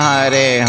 Hare